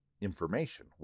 information